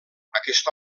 aquest